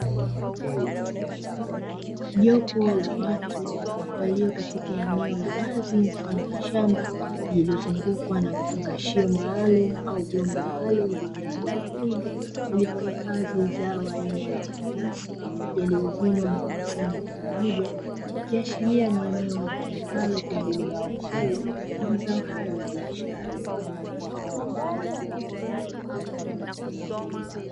Jopo la watu walio katika eneo la wazi mfano wa shamba, lililozungukwa na vifungashio maalumu au vyombo maalumu vyenye rangi nyekundu, vilivyohifadhi zao aina ya mananasi yaliyovunwa na kukusanywa kwa pamoja, ikiashiria ni eneo litumikalo kwa ajili ya uzalishaji wa mazao hayo ya biashara.